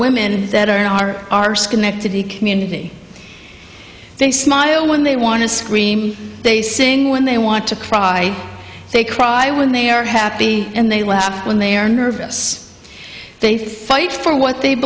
women that are in our our schenectady community they smile when they want to scream they sing when they want to cry they cry when they are happy and they laugh when they are nervous they fight for what they